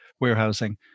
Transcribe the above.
warehousing